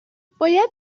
باید